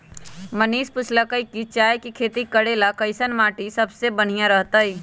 मनीष पूछलकई कि चाय के खेती करे ला कईसन माटी सबसे बनिहा रहतई